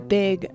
big